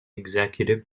executive